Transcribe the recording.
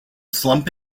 slump